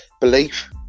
belief